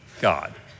God